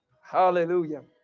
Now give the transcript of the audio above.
Hallelujah